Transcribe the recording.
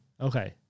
Okay